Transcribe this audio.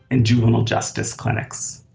and juvenile justice clinics.